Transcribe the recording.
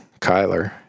Kyler